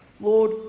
Lord